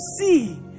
see